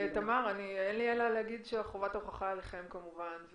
אין לי אלא להגיד שחובת ההוכחה עליכם כמובן,